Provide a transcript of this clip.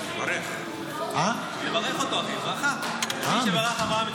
תברך אותו ברכה, "מי שבירך אברהם,